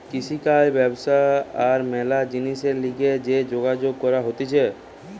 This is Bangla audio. কৃষিকাজ ব্যবসা আর ম্যালা জিনিসের লিগে যে যোগাযোগ করা হতিছে